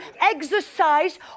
exercise